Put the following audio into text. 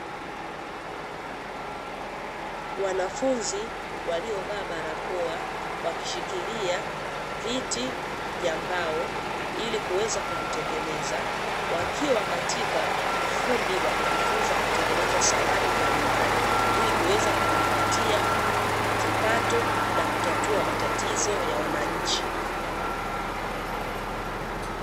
Wanafunzi waliovaa barakoa wakishikilia viti vya mbao ili kuweza kuvitengeneza, wakiwa katika ufundi wa kujifunza kutengeneza samani mbalimbali, ili kuweza kujipatia kipato na kutatua matatizo ya wananchi.